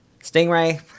Stingray